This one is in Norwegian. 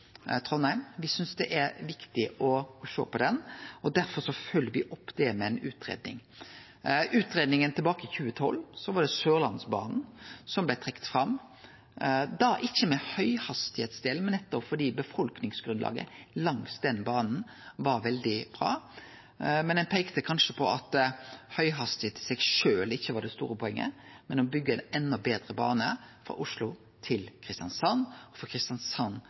synest det er viktig å sjå på den, og derfor følgjer me opp med ei utgreiing. I utgreiinga tilbake i 2012 var det Sørlandsbanen som blei trekt fram, da ikkje med høghastigheitsdelen, men fordi befolkningsgrunnlaget langs banen var veldig bra. Ein peikte på at høghastigheit i seg sjølv kanskje ikkje var det store poenget, men å byggje ein enda betre bane frå Oslo til Kristiansand og frå Kristiansand